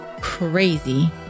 crazy